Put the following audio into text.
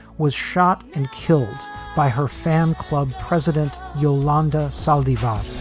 was shot and killed by her fan club president yolanda saldivar